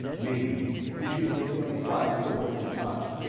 maybe he should make them fight for what they got!